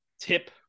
tip